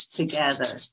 together